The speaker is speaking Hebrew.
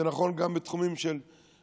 וזה נכון גם בתחומים אחרים,